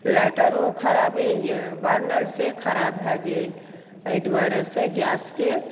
लैटरो खराबे यऽ बर्नरसे खराप भए गेल एहि दुआरेसँ गैसके